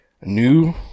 new